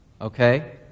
Okay